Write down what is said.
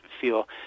feel